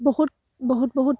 বহুত বহুত বহুত